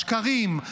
השקרים,